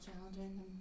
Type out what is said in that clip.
challenging